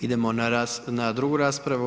Idemo na drugu raspravu.